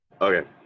Okay